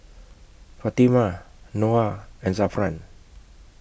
Fatimah Noah and Zafran